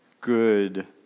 good